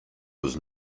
was